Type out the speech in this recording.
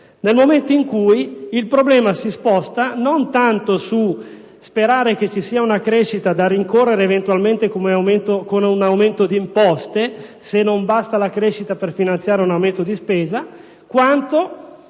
nel momento in cui il problema si sposta non tanto sulla speranza che ci sia una crescita da rincorrere, eventualmente con un aumento di imposte (se non basta la crescita per finanziare un aumento di spesa), quanto